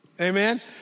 Amen